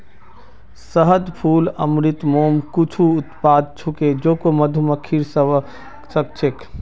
शहद, फूल अमृत, मोम कुछू उत्पाद छूके जेको मधुमक्खि स व स छेक